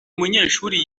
munyeshuri